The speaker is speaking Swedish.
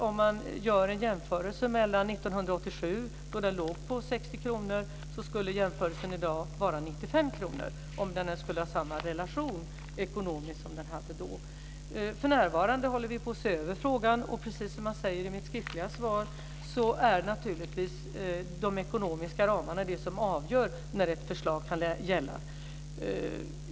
Om man jämför med 1987 då ersättningen låg på 60 kr skulle den i dag vara 95 kr, om relationen var densamma. För närvarande håller vi på att se över frågan, och precis som jag säger i mitt skriftliga svar är det naturligtvis de ekonomiska ramarna som avgör när ett förslag kan genomföras.